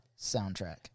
soundtrack